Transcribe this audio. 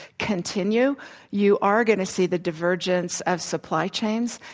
continue you are going to see the divergence of supply chains.